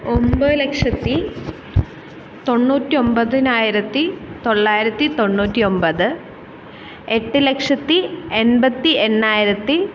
ഒമ്പത് ലക്ഷത്തി തൊണ്ണൂറ്റൊമ്പതിനായിരത്തി തൊള്ളായിരത്തി തൊണ്ണൂറ്റി ഒമ്പത് എട്ട് ലക്ഷത്തി എൺപത്തി എണ്ണായിരത്തി